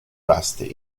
vasti